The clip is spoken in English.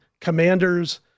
Commanders